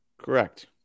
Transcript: correct